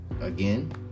Again